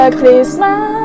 Christmas